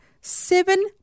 seven